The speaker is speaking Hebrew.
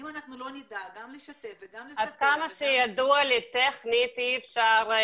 אם לא נדאג גם לשתף וגם לספר --- עד כמה שידוע לי טכנית אי אפשר.